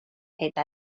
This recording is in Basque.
eta